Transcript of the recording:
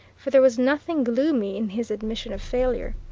for there was nothing gloomy in his admission of failure.